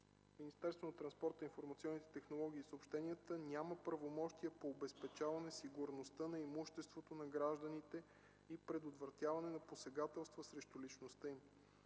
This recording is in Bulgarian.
няма правомощия по обезпечаване сигурността на имуществото на гражданите и предотвратяване на посегателства срещу личността им.